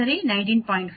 5 அல்லது 20